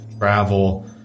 Travel